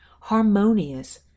harmonious